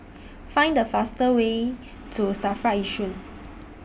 Find The faster Way to SAFRA Yishun